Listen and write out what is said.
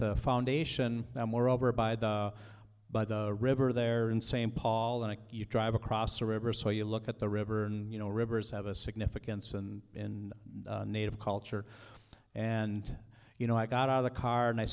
the foundation now moreover by the by the river there in st paul and you drive across the river so you look at the river and you know rivers have a significance and in native culture and you know i got out of the car and i